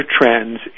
trends